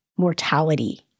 mortality